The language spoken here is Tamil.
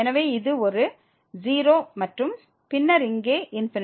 எனவே இது ஒரு 0 மற்றும் பின்னர் இங்கே ∞